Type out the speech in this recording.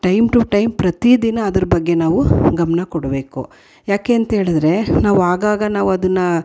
time to time ಪ್ರತೀ ದಿನ ಅದರ ಬಗ್ಗೆ ನಾವು ಗಮನ ಕೊಡಬೇಕು ಯಾಕೆ ಅಂತ್ಹೇಳಿದ್ರೆ ನಾವು ಆಗಾಗ ನಾವದನ್ನು